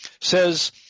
says